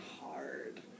hard